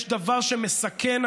יש דבר שמסכן,